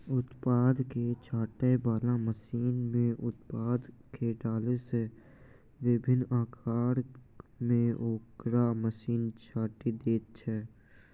उत्पाद के छाँटय बला मशीन मे उत्पाद के देला सॅ विभिन्न आकार मे ओकरा मशीन छाँटि दैत छै